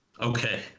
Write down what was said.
Okay